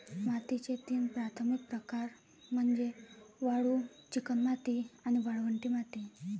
मातीचे तीन प्राथमिक प्रकार म्हणजे वाळू, चिकणमाती आणि वाळवंटी माती